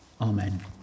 Amen